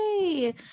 Yay